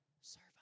Serve